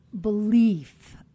belief